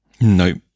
Nope